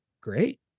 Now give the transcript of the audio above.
Great